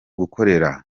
gukora